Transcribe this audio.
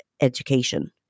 education